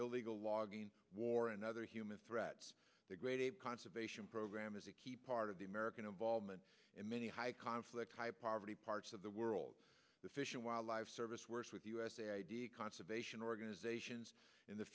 illegal logging war another human threat the great conservation program is a key part of the american involvement in many high conflict high poverty parts of the world the fish and wildlife service works with usa conservation organizations in the